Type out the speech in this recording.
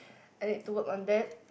I need to work on that